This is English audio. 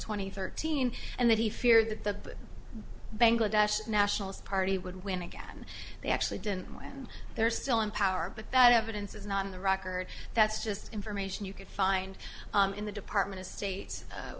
and thirteen and that he feared that the bangladesh nationalist party would win again they actually didn't when they're still in power but that evidence is not in the record that's just information you could find in the department of state